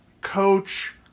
coach